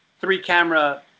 three-camera